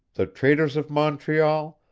the traders of montreal,